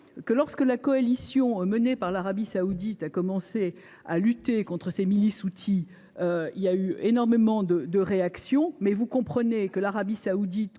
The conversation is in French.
Lorsque la coalition menée par l’Arabie saoudite a commencé à lutter contre ces milices, elle a suscité énormément de réactions. Mais vous comprenez bien que l’Arabie saoudite,